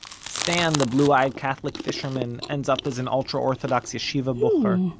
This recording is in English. stan, the blue-eyed catholic fisherman ends up as an ultra-orthodox yeshivah bucher.